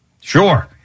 Sure